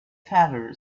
father